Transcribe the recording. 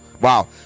Wow